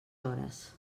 hores